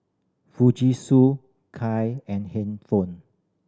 Fujisu Kai and hand phone